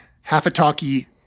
half-a-talky